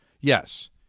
yes